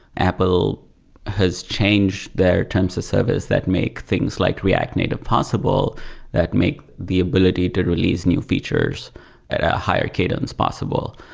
apple has changed their terms of service that makes things like react native possible that make the ability to release new features at a higher cadence possible.